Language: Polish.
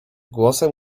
głosem